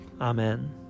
Amen